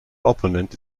opponent